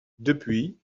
depuis